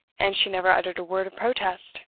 and she never uttered a word of protest.